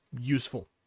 useful